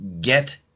get